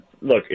look